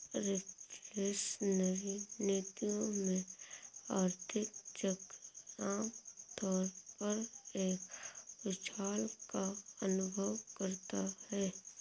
reflationary नीतियों में, आर्थिक चक्र आम तौर पर एक उछाल का अनुभव करता है